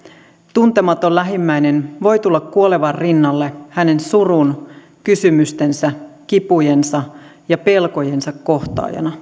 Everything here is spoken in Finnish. tuntematon lähimmäinen voi tulla kuolevan rinnalle hänen surunsa kysymystensä kipujensa ja pelkojensa kohtaajana